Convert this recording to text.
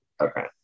Okay